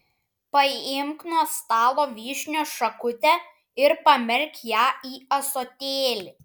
paimk nuo stalo vyšnios šakutę ir pamerk ją į ąsotėlį